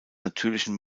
natürlichen